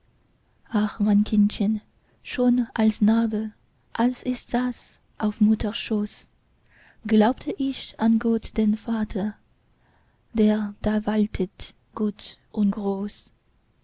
ach mein kindchen schon als knabe als ich saß auf mutters schoß glaubte ich an gott den vater der da waltet gut und groß